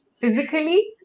physically